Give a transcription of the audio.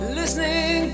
listening